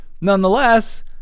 Nonetheless